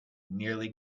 nearly